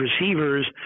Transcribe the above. receivers